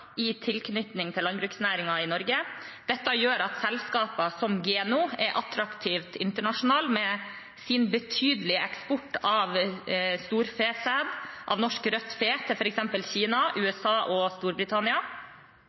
i tilknytning til landbruksnæringen i Norge. Dette gjør at selskaper som Geno er attraktive internasjonalt, med sin betydelige eksport av storfesæd fra Norsk rødt fe til f.eks. Kina, USA og Storbritannia.